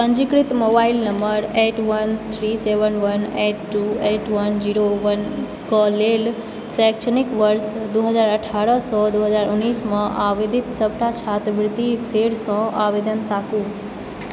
पञ्जीकृत mobile number eight one three seven one eight two eight one zero one कऽ लेल शैक्षणिक वर्ष दू हजार अठारह सँ दू हजार उन्नीस मऽ आवेदित सबटा छात्रवृत्ति फेरसँ आवेदन ताकू